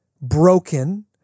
broken